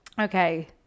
Okay